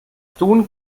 tun